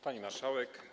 Pani Marszałek!